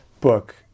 book